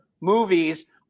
movies